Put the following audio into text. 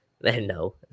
No